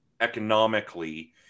economically